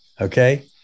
okay